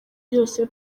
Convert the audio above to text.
byose